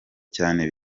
cyane